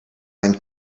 went